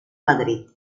madrid